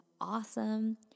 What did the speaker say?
awesome